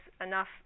enough